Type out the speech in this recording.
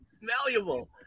Malleable